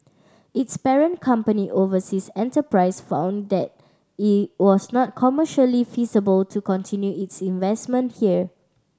its parent company Overseas Enterprise found that it was not commercially feasible to continue its investment here